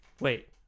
Wait